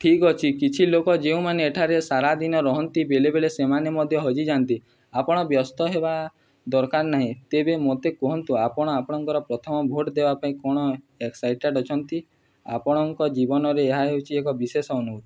ଠିକ୍ ଅଛି କିଛି ଲୋକ ଯେଉଁମାନେ ଏଠାରେ ସାରାଦିନ ରହନ୍ତି ବେଳେ ବେଳେ ସେମାନେ ମଧ୍ୟ ହଜିଯାନ୍ତି ଆପଣ ବ୍ୟସ୍ତ ହେବା ଦରକାର ନାହିଁ ତେବେ ମୋତେ କୁହନ୍ତୁ ଆପଣ ଆପଣଙ୍କର ପ୍ରଥମ ଭୋଟ୍ ଦେବା ପାଇଁ କ'ଣ ଏକ୍ସାଇଟେଡ଼୍ ଅଛନ୍ତି ଆପଣଙ୍କ ଜୀବନରେ ଏହା ହେଉଛି ଏକ ବିଶେଷ ଅନୁଭୂତି